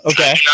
Okay